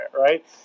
right